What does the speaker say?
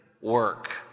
work